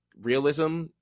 realism